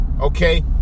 Okay